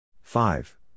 Five